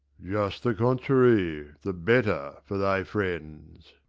just the contrary the better for thy friends.